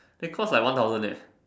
it costs like one thousand leh